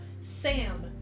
Sam